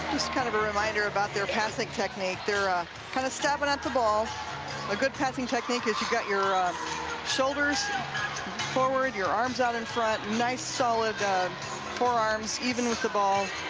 kind of a reminder about their passing technique they're kind of stabbing at the ball a good passing technique is you've got your shoulder forward, your arms out in front nice solid forearms, even with the ball,